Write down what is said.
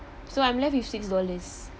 so I'm left with six dollars